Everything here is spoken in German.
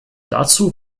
dazu